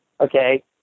okay